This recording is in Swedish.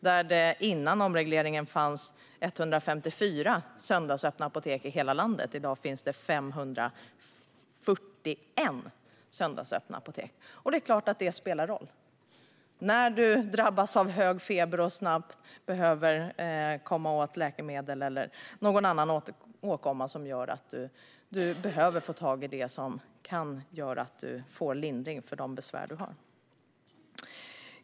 Före omregleringen fanns 154 söndagsöppna apotek i hela landet. I dag finns 541 söndagsöppna apotek. Det är klart att sådant spelar en roll när du drabbas av hög feber och snabbt behöver läkemedel eller om du får en annan åkomma som gör att du behöver få tag i det som kan ge lindring för dina besvär.